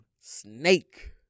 Snake